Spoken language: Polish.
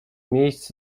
miejsc